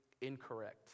incorrect